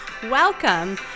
Welcome